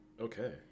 Okay